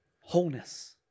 wholeness